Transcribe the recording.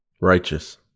Righteous